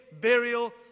burial